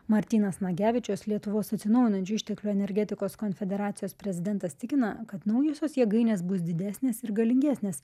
martynas nagevičius lietuvos atsinaujinančių išteklių energetikos konfederacijos prezidentas tikina kad naujosios jėgainės bus didesnės ir galingesnės